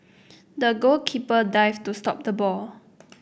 the goalkeeper dived to stop the ball